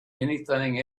anything